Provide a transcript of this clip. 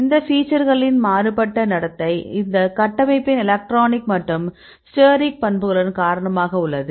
இந்த ஃபீச்சர்களின் மாறுபட்ட நடத்தை இது கட்டமைப்பின் எலக்ட்ரானிக் மற்றும் ஸ்டெரிக் பண்புகளுடனும் காரணமாக உள்ளது